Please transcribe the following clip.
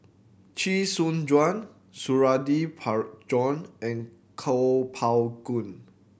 Chee Soon Juan Suradi Parjo and Kuo Pao Kun